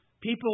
people